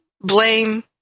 blame